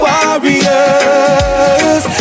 Warriors